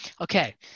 okay